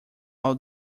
all